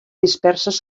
disperses